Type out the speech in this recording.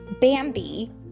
Bambi